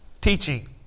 teaching